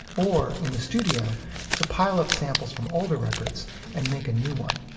or in the studio to pile up samples from older records and make a new one.